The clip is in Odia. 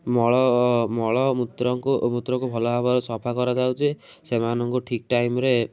ମଳ ଓ ମଳମୁତ୍ରକୁ ମୁତ୍ରକୁ ଭଲ ଭାବରେ ସଫା କରାଯାଉଛି ସେମାନଙ୍କୁ ଠିକ୍ ଟାଇମ୍ରେ